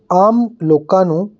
ਆਮ ਲੋਕਾਂ ਨੂੰ